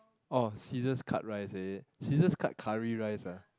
oh scissors cut rice is it scissors cut curry rice ah